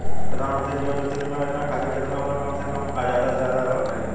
प्रधानमंत्री जीवन ज्योती बीमा योजना खातिर केतना उम्र कम से कम आ ज्यादा से ज्यादा रहल चाहि?